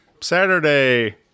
Saturday